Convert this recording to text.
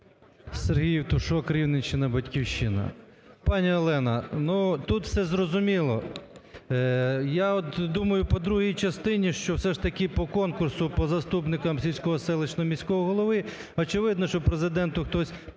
Сергій Євтушок, Рівненщина, "Батьківщина". Пані Олена, ну, тут все зрозуміло. Я от думаю по другій частині, що все ж таки по конкурсу по заступник сільського, селищного, міського голови, очевидно, що Президенту хтось порадив,